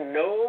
no